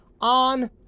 on